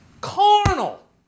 Carnal